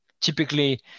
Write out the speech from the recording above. Typically